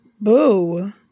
Boo